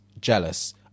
jealous